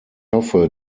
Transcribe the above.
hoffe